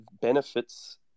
benefits